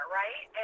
right